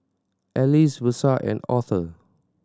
Alize Versa and Aurthur